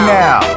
now